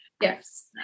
Yes